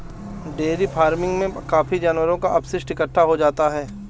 dairy farming में काफी जानवरों का अपशिष्ट इकट्ठा हो जाता है